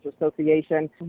Association